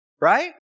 right